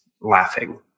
laughing